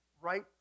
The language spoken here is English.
right